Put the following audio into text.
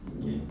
okay